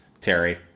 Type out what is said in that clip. Terry